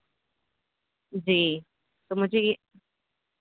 جی تو مجھے یہ